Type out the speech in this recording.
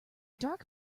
dark